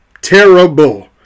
Terrible